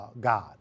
God